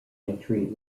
entry